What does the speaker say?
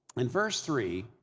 in verse three,